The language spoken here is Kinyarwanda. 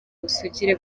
ubusugire